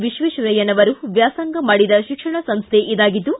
ವಿಶ್ವೇಶ್ವರಯ್ನನವರು ವ್ಯಾಸಂಗ ಮಾಡಿದ ಶಿಕ್ಷಣ ಸಂಸ್ಥೆ ಇದಾಗಿದ್ದು